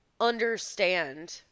understand